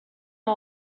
are